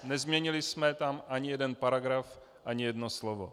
Nezměnili jsme tam ani jeden paragraf, ani jedno slovo.